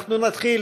אנחנו נתחיל.